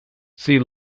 see